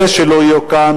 אלה שלא יהיו כאן,